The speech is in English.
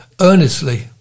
earnestly